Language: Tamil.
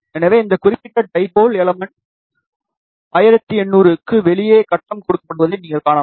எனவே இந்த குறிப்பிட்ட டைபோல் எலமென்ட் 1800 க்கு வெளியே கட்டம் கொடுக்கப்படுவதை நீங்கள் காணலாம்